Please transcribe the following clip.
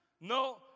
No